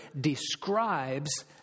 describes